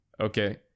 okay